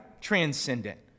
transcendent